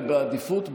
ובעדיפות,